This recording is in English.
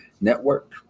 Network